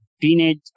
Teenage